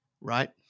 right